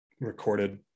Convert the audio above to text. recorded